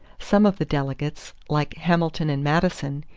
some of the delegates, like hamilton and madison,